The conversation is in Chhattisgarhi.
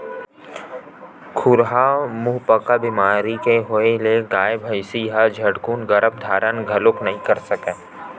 खुरहा मुहंपका बेमारी के होय ले गाय, भइसी ह झटकून गरभ धारन घलोक नइ कर सकय